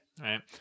right